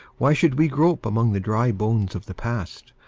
why should we grope among the dry bones of the past,